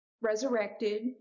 resurrected